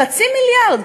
חצי מיליארד,